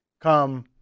come